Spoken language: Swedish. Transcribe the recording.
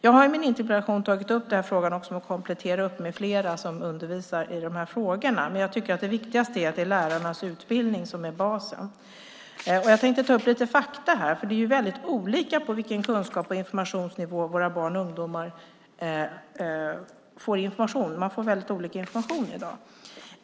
Jag har i min interpellation tagit upp frågan om att komplettera med fler som undervisar i de här frågorna, men jag tycker att det viktigaste är att det är lärarnas utbildning som är basen. Jag tänkte ta upp lite fakta här, för det är väldigt olika på vilken kunskaps och informationsnivå våra barn och ungdomar hamnar. Man får väldigt olika information i dag.